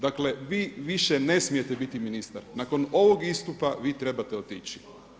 Dakle vi više ne smijete biti ministar, nakon ovog istupa vi trebate otići.